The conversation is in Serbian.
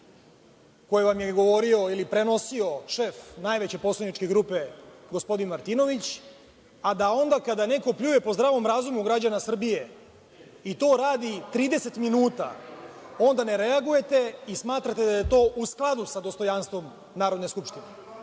koje vam je govorio ili prenosio šef najveće poslaničke grupe, gospodin Martinović, a da onda kada neko pljuje po zdravom razumu građana Srbije i to radi 30 minuta, onda ne reagujete i smatrate da je to u skladu sa dostojanstvom Narodne skupštine. Mislim